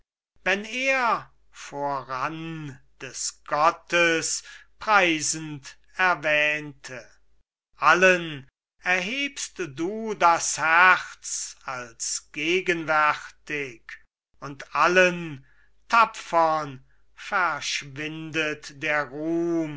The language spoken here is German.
wenn er voran des gottes preisend erwähnte allen erhebst du das herz als gegenwärtig und allen tapfern verschwindet der ruhm